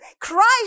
Christ